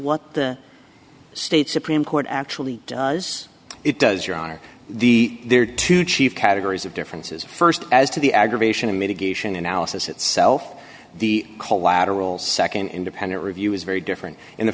what the state supreme court actually does it does your honor the there are two chief categories of differences st as to the aggravation and mitigation analysis itself the collateral nd independent review is very different in